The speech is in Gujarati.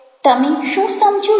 તમે શું સમજો છો